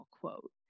quote